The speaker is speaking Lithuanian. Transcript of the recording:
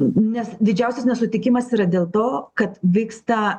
nes didžiausias nesutikimas yra dėl to kad vyksta